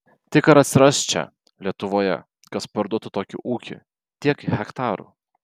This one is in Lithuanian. tik ar atsiras čia lietuvoje kas parduotų tokį ūkį tiek hektarų